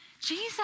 Jesus